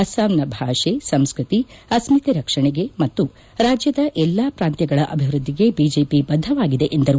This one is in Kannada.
ಅಸ್ಪಾಂನ ಭಾಷೆ ಸಂಸ್ಕೃತಿ ಅಸ್ಮಿತೆ ರಕ್ಷಣೆಗೆ ಮತ್ತು ರಾಜ್ಯದ ಎಲ್ಲಾ ಪ್ರಾಂತ್ಯಗಳ ಅಭಿವ್ವದ್ದಿಗೆ ಬಿಜೆಪಿ ಬದ್ದವಾಗಿದೆ ಎಂದರು